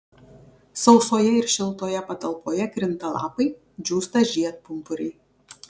sausoje ir šiltoje patalpoje krinta lapai džiūsta žiedpumpuriai